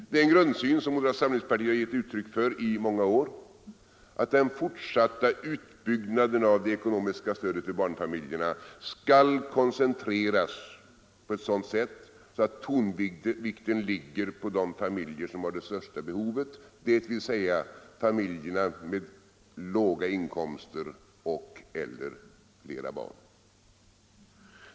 Den grundsyn som moderata samlingspartiet har givit uttryck för i många år är att den fortsatta utbyggnaden av det ekonomiska stödet till barnfamiljerna skall koncentreras på ett sådant sätt att tonvikten ligger på de familjer som har det största behovet, dvs. familjer med låga inkomster och/eller flera barn.